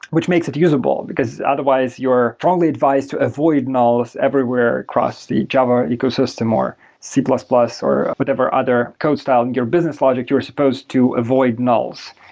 which makes it usable, because otherwise you're probably advised to avoid nulls everywhere across the java ecosystem, or c plus plus, or whatever other code style and your business logic you're supposed to avoid nulls.